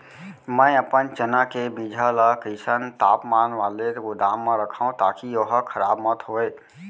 मैं अपन चना के बीजहा ल कइसन तापमान वाले गोदाम म रखव ताकि ओहा खराब मत होवय?